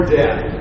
death